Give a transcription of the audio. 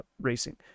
racing